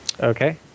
Okay